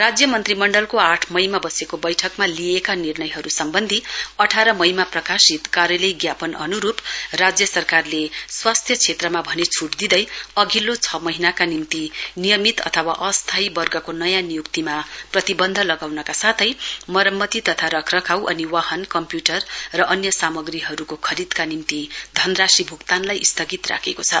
राज्य मन्त्रीमण्डलको आठ मईमा बसेको बैठकमा लिइएका निर्णयहरू सम्बन्धी अठार मईमा प्रकाशित कार्यालय ज्ञापन अनुरूप राज्य सरकारले स्वास्थ्य क्षेत्रमा भने छूट दिँदै अधिल्लो छ महीनाका निम्ति नियमित अथवा अस्थायी वर्गको नयाँ नियुक्तिमा प्रतिबन्ध लगाउनका साथै सरम्मति तथा रखरखाउ अनि वाहन कम्प्यूटर र अन्य सामग्रीहरूको खरीदका निम्ति धनराशि भूक्तानलाई स्थगित राखेको छ